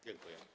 Dziękuję.